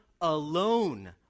alone